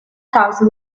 causa